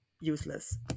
useless